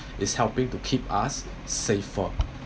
is helping to keep us safer